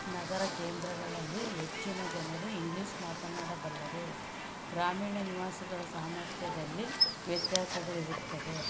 ನಗರ ಕೇಂದ್ರಗಳಲ್ಲಿ ಹೆಚ್ಚಿನ ಜನರು ಇಂಗ್ಲಿಷ್ ಮಾತನಾಡಬಲ್ಲರು ಗ್ರಾಮೀಣ ನಿವಾಸಿಗಳ ಸಾಮರ್ಥ್ಯದಲ್ಲಿ ವ್ಯತ್ಯಾಸಗಳಿರುತ್ತದೆ